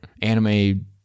anime